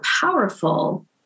powerful